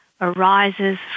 arises